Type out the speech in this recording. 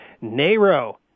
Nero